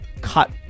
cut